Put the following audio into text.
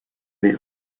may